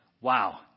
Wow